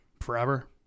forever